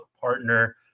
partner